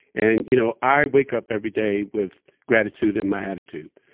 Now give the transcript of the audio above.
and you know i wake up every day with gratitude in my attitude.